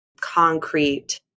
concrete